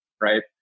right